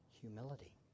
Humility